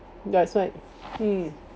that's right mm